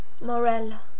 Morella